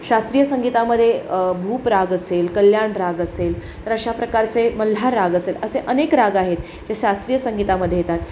शास्त्रीय संगीतामध्ये भूप राग असेल कल्याण राग असेल तर अशा प्रकारचे मल्हार राग असेल असे अनेक राग आहेत जे शास्त्रीय संगीतामध्ये येतात